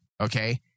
okay